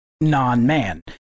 non-man